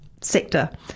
sector